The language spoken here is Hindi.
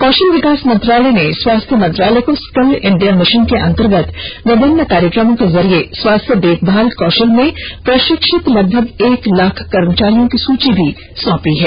कौशल विकास मंत्रालय ने स्वास्थ्य मंत्रालय को स्किल इंडिया मिशन के अंतर्गत विभिन्न कार्यक्रमो के जरिए स्वास्थ्य देखभाल कौशल में प्रशिक्षित लगभग एक लाख कर्मचारियों की सूची मी सौंपी है